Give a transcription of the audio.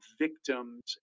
victims